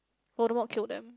Voldemort killed them